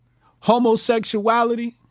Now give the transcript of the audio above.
homosexuality